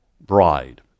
bride